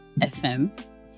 fm